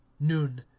noon